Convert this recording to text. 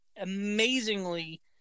amazingly